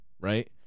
right